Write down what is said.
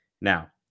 Now